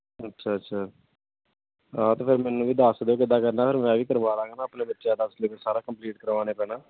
ਅੱਛਾ ਅੱਛਾ ਹਾਂ ਅਤੇ ਫਿਰ ਮੈਨੂੰ ਵੀ ਦੱਸ ਦਿਓ ਕਿੱਦਾਂ ਕਰਨਾ ਫਿਰ ਮੈਂ ਵੀ ਕਰਵਾ ਦਾਂਗਾ ਨਾ ਆਪਣੇ ਬੱਚਿਆਂ ਦਾ ਸਿਲੇਬਸ ਸਾਰਾ ਕੰਪਲੀਟ ਕਰਵਾਉਣਾ ਹੀ ਪੈਣਾ